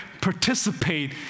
participate